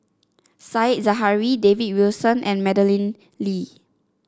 Said Zahari David Wilson and Madeleine Lee